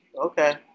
Okay